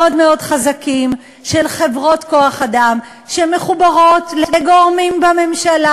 מאוד חזקים של חברות כוח-אדם שמחוברות לגורמים בממשלה.